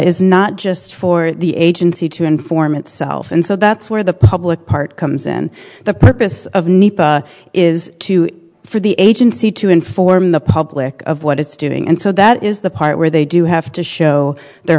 is not just for the agency to informants self and so that's where the public part comes in the purpose of need is to for the agency to inform the public of what it's doing and so that is the part where they do have to show their